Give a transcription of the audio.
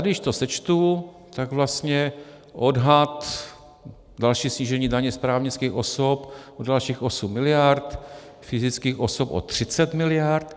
Když to sečtu, tak vlastně odhad další snížení daně právnických osob o dalších 8 mld., fyzických osob o 30 mld..